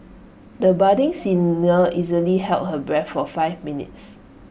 the budding singer easily held her breath for five minutes